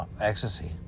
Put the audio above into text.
ecstasy